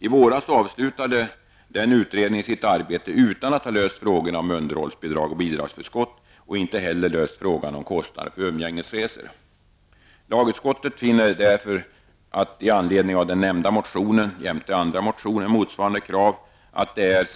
I våras avslutade denna utredning sitt arbete utan att ha löst frågorna om underhållsbidrag och bidragsförskott och inte heller frågan om kostnader för umgängesresor. Lagutskottet finner därför och med anledning av den nämnda motionen jämte andra motioner med motsvarande krav att det är